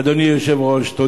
אדוני היושב-ראש, תודה.